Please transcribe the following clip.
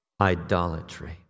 Idolatry